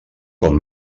com